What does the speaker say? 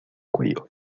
cuello